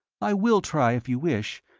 i will try if you wish,